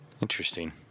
Interesting